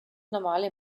normale